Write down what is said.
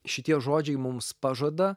šitie žodžiai mums pažada